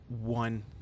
one